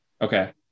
Okay